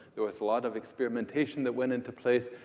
there was a lot of experimentation that went into place.